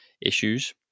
issues